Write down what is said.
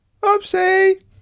Oopsie